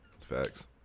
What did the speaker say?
Facts